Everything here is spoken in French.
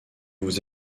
vous